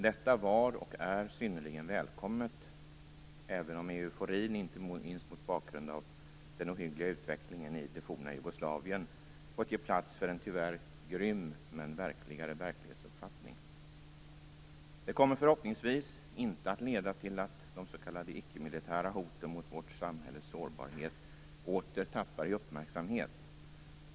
Detta var och är synnerligen välkommet, även om eurforin, inte minst mot bakgrund av den ohyggliga utvecklingen i det forna Jugoslavien, fått ge plats för en tyvärr grym men verkligare verklighetsuppfattning. Det kommer förhoppningsvis inte att leda till att de s.k. icke-militära hoten mot vårt samhälles sårbarhet åter tappar i uppmärksamhet.